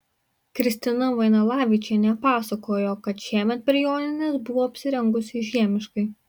kristina vainalavičienė pasakojo kad šiemet per jonines buvo apsirengusi žiemiškai